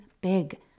big